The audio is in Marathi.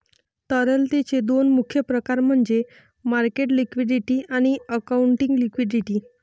तरलतेचे दोन मुख्य प्रकार म्हणजे मार्केट लिक्विडिटी आणि अकाउंटिंग लिक्विडिटी